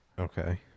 Okay